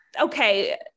okay